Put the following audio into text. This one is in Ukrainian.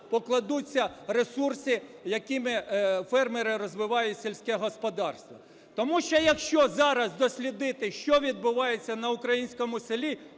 покладуться ресурси, якими фермери розвивають сільське господарство. Тому що, якщо зараз дослідити, що відбувається на українському селі,